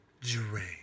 drain